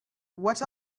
what